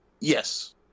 yes